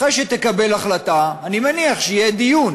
אחרי שתקבל החלטה, אני מניח שיהיה דיון